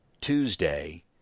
Tuesday